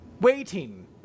waiting